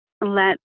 let